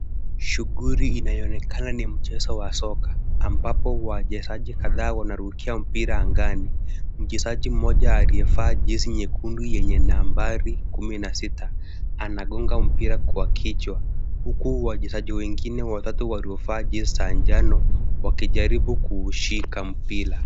Shughuli inayoonekana ni mchezo wa soka ambapo wachezaji kadhaa wanarukia mpira angani. Mchezaji mmoja aliyevaa jezi nyekundu yenye nambari kumi na sita anagonga mpira kwa kichwa huku wachezaji wengine watatu waliovaa jezi za njano wakijaribu kuushika mpira.